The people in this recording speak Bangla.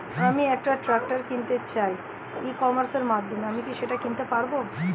আমি একটা ট্রাক্টর কিনতে চাই ই কমার্সের মাধ্যমে কি আমি সেটা কিনতে পারব?